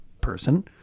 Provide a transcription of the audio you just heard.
person